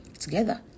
Together